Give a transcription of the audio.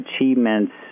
achievements